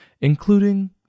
including